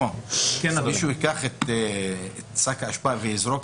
שלמה, זה שמישהו לוקח את שקית האשפה שלו וזורק